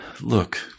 Look